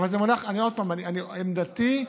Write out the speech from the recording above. עוד פעם, עמדתי: